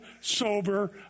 sober